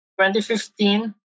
2015